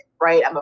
right